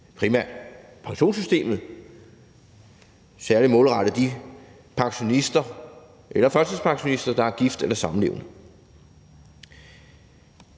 primært pensionssystemet, særlig målrettet de pensionister eller førtidspensionister, der er gift eller samlevende.